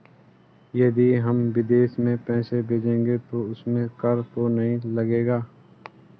यदि हम विदेश में पैसे भेजेंगे तो उसमें कर तो नहीं लगेगा?